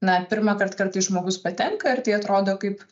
na pirmąkart kartais žmogus patenka ir tai atrodo kaip